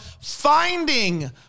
finding